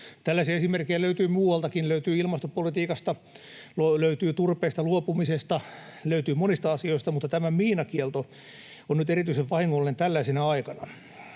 Tällaisia esimerkkejä löytyy muualtakin. Löytyy ilmastopolitiikasta, löytyy turpeesta luopumisesta, löytyy monista asioista, mutta tämä miinakielto on nyt erityisen vahingollinen tällaisena aikana.